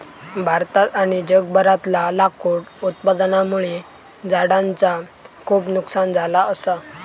भारतात आणि जगभरातला लाकूड उत्पादनामुळे झाडांचा खूप नुकसान झाला असा